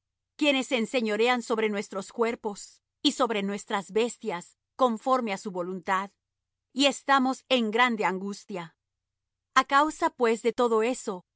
quienes se enseñorean sobre nuestros cuerpos y sobre nuestras bestias conforme á su voluntad y estamos en grande angustia a causa pues de todo eso